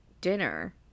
dinner